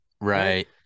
Right